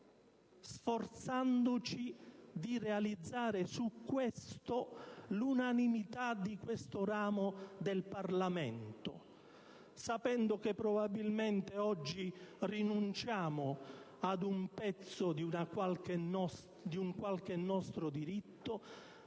sforzandoci di realizzare sulla questione l'unanimità di questo ramo del Parlamento, nella consapevolezza che probabilmente oggi rinunciamo ad un pezzo di un qualche nostro diritto,